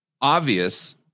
obvious